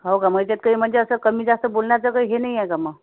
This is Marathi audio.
हो का मग याच्यात काही म्हणजे असं कमीजास्त बोलण्याचं काही हे नाही आहे का मग